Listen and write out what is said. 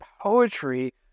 poetry